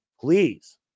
please